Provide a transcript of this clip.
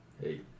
Hey